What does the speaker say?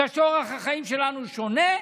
בגלל שאורח החיים שלנו שונה?